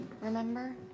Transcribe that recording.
remember